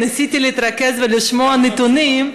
ניסיתי להתרכז ולשמוע נתונים,